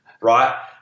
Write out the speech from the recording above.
right